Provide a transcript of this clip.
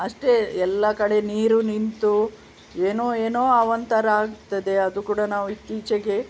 ಅಷ್ಟೇ ಎಲ್ಲಾ ಕಡೆ ನೀರು ನಿಂತು ಏನೋ ಏನೋ ಆವಾಂತರ ಆಗ್ತದೆ ಅದು ಕೂಡ ನಾವು ಇತ್ತೀಚೆಗೆ